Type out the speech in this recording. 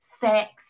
sex